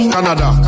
Canada